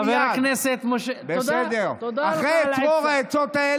חבר הכנסת משה, תודה, תודה לך על העצה.